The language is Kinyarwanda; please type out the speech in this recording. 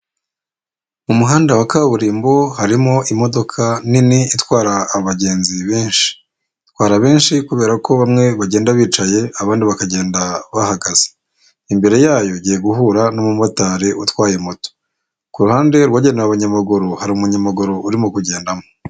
Mu muhanda wa kaburimbo harimo imodoka nini itwara abagenzi benshi, itwara benshi kubera ko bamwe bagenda bicaye abandi bakagenda bahagaze. Imbere yayo igiye guhura n'umumotari utwaye moto, ku ruhande rwagenewe abanyamaguru hari umunyamaguru urimo kugendamo.